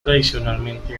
tradicionalmente